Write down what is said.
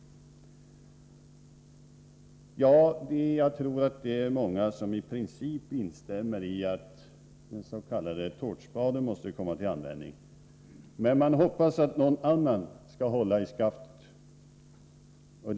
Jag tror att många i princip instämmer i att den s.k. tårtspaden måste komma till användning, men man hoppas att någon annan skall hålla i skaftet.